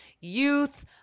Youth